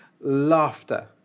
laughter